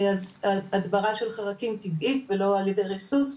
הדברה של חרקים טבעית ולא על ידי ריסוס,